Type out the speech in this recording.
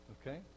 Okay